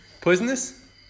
poisonous